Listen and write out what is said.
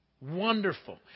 wonderful